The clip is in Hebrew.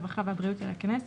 הרווחה והבריאות של הכנסת,